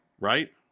right